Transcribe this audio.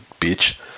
bitch